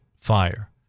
fire